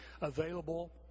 available